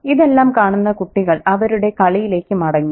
ഇതെല്ലാം കാണുന്ന കുട്ടികൾ അവരുടെ കളിയിലേക്ക് മടങ്ങി